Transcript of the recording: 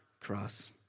cross